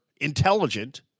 intelligent